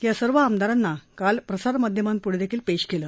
या सर्व आमदारांना काल प्रसारमाध्मांपुढंही पेश केलं